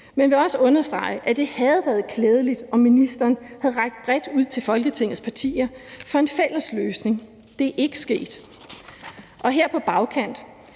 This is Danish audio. men vil også understrege, at det havde været klædeligt, om ministeren havde rakt bredt ud til Folketingets partier for at finde en fælles løsning. Det er ikke sket. Og her på bagkant